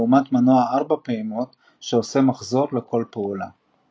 לעומת מנוע הארבע פעימות, שעושה מחזור לכל פעולה.